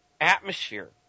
atmosphere